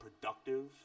productive